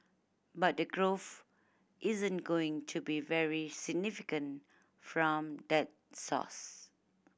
but the growth isn't going to be very significant from that source